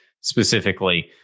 specifically